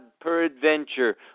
peradventure